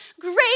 great